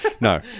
no